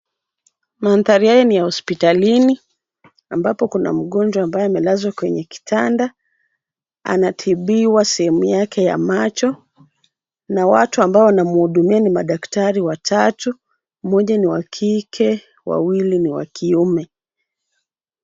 Maandhari hayo ni hospitalini, ambapo kuna mgonjwa ambaye amelazwa kwenye kitanda, anatibiwa sehemu yake ya macho, na watu ambao wanamhudumia ni madaktari watatu, mmoja ni wa kike, wawili ni wa kiume.